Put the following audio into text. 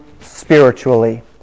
spiritually